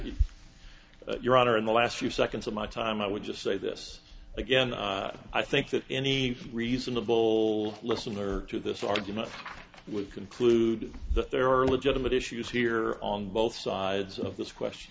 in your honor in the last few seconds of my time i would just say this again i think that any reasonable listener to this argument would conclude that there are legitimate issues here on both sides of this question